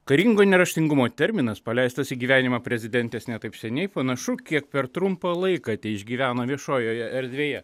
karingo neraštingumo terminas paleistas į gyvenimą prezidentės ne taip seniai panašu kiek per trumpą laiką teišgyveno viešojoje erdvėje